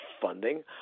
funding